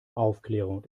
aufklärung